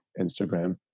Instagram